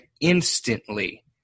instantly